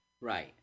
Right